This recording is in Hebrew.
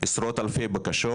עשרות אלפי בקשות.